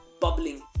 bubbling